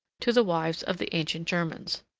to the wives of the ancient germans.